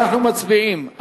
אנחנו מצביעים,